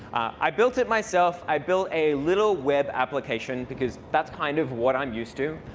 i built it myself. i built a little web application because that's kind of what i'm used to.